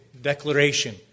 declaration